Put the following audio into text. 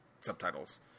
subtitles